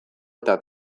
eta